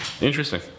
Interesting